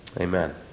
Amen